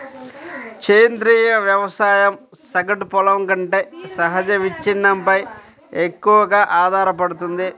సేంద్రీయ వ్యవసాయం సగటు పొలం కంటే సహజ విచ్ఛిన్నంపై ఎక్కువగా ఆధారపడుతుంది